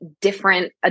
different